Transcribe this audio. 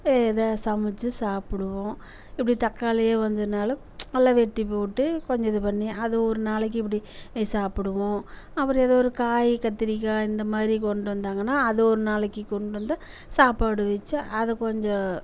ஏதோ சமைச்சி சாப்பிடுவோம் இப்படி தக்காளி வந்ததுனால எல்லா வெட்டி போட்டு கொஞ்சம் இது பண்ணி அது ஒரு நாளைக்கு இப்படி சாப்பிடுவோம் அப்புறம் ஏதோ ஒரு காய் கத்திரிக்காய் இந்த மாதிரி கொண்டு வந்தாங்கனா அதை ஒரு நாளைக்கு கொண்டு வந்து சாப்பாடு வெச்சு அதை கொஞ்சோம்